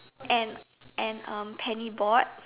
and and um penny board